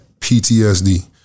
PTSD